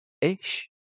ish